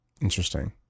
Interesting